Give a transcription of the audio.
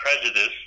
prejudice